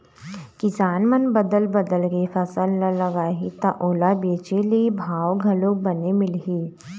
किसान मन बदल बदल के फसल ल लगाही त ओला बेचे ले भाव घलोक बने मिलही